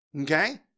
Okay